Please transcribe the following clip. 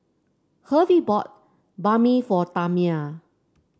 Hervey bought Banh Mi for Tamia